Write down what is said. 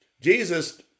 Jesus